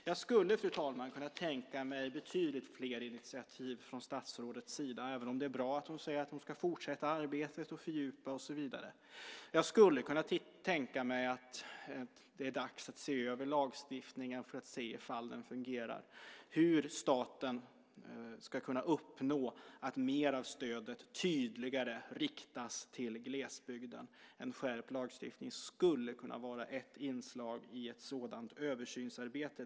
Jag skulle, fru talman, kunna tänka mig betydligt fler initiativ från statsrådets sida även om det är bra att hon säger att hon ska fortsätta arbetet, fördjupa det och så vidare. Jag skulle kunna tänka mig att det är dags att se över lagstiftningen för att se ifall den fungerar och hur staten ska kunna uppnå att mer av stödet tydligare riktas till glesbygden. En skärpt lagstiftning skulle kunna vara ett inslag i ett sådant översynsarbete.